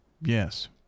Yes